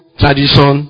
tradition